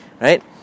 right